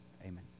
Amen